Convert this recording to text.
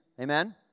Amen